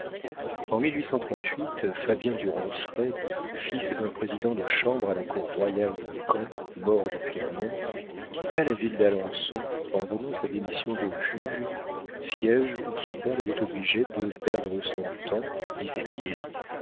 en fait bien du ronceret fils d'un président de chambre à la cour royale de caen mort depuis un an quitta la ville d'alençon en donnant sa démission de juge siége où son père l'avait obligé de perdre son temps disait-il